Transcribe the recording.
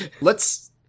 Let's-